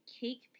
cake